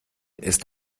ist